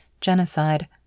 genocide